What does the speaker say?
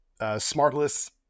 smartless